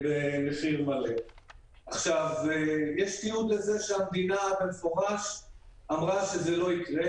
יש תיעוד לזה שהמדינה אמרה שזה לא יקרה.